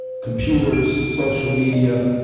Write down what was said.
computers, social media,